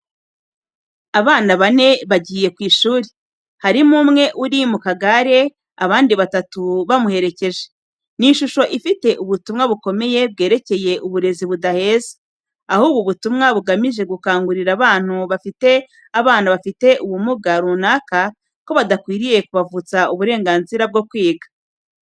Abana bane bagiye ku ishuri, harimo umwe uri mu karemera, abandi batatu bamuherekeje. Ni ishusho ifite ubutumwa bukomeye bwerekeye uburezi budaheza, aho ubu butumwa bugamije gukangurira abantu bafite abana bafite ubumuga runaka ko badakwiriye kubavutsa uburenganzira bwo kwiga.